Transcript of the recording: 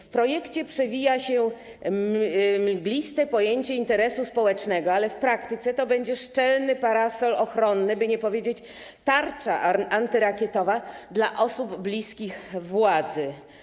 W projekcie przewija się mgliste pojęcie interesu społecznego, ale w praktyce to będzie szczelny parasol ochronny, by nie powiedzieć: tarcza antyrakietowa, dla osób bliskich władzy.